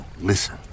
listen